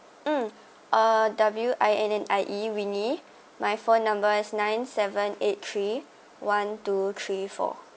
um uh W I N N I E winnie my phone number is nine seven eight three one two three four